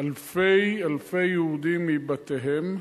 אלפי יהודים מבתיהם,